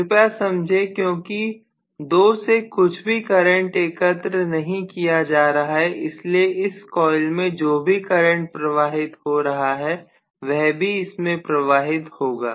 कृपया समझें क्योंकि 2 से कुछ भी करंट एकत्र नहीं किया जा रहा है इसलिए इस कॉइल में जो भी करंट प्रवाहित हो रहा है वह भी इसमें प्रवाहित होगा